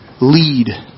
lead